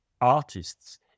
artists